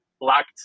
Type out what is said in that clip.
lacked